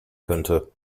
könnte